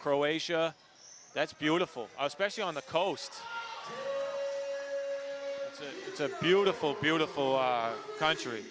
croatia that's beautiful especially on the coast it's a beautiful beautiful country